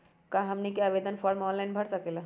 क्या हमनी आवेदन फॉर्म ऑनलाइन भर सकेला?